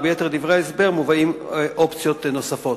וביתר דברי ההסבר מובאות אופציות נוספות.